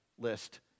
list